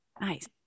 Nice